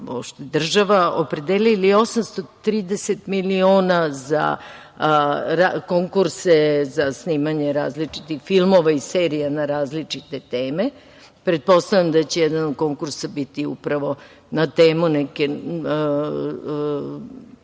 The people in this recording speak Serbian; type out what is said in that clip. država, opredelili 830 miliona konkurse za snimanja različitih filmova i serija na različite teme. Pretpostavljam da će jedan od konkursa biti upravo na temu nekog